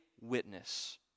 witness